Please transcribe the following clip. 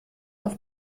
auf